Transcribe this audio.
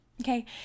okay